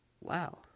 Wow